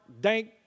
dank